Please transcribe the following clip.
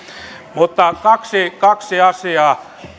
mutta kaksi kaksi asiaa